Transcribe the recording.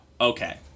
okay